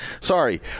Sorry